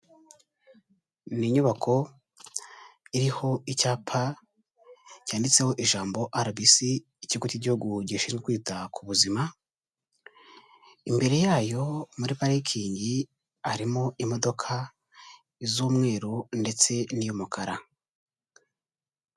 Ni inyubako iriho icyapa cyanditseho ijambo RBC, ikigo cy'igihugu gishinzwe kwita ku buzima, imbere yayo muri parikingi harimo imodoka: iz'umweru ndetse n'iy'umukara.